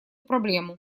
проблему